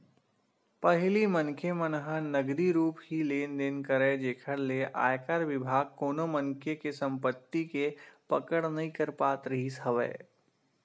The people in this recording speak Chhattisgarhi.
पहिली मनखे मन ह नगदी रुप ही लेन देन करय जेखर ले आयकर बिभाग कोनो मनखे के संपति के पकड़ नइ कर पात रिहिस हवय